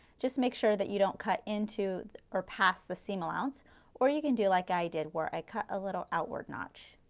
just make sure that you don't cut into or pass the seam allowance or you can do like i did, where i cut a little outward notch.